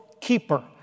keeper